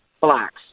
blacks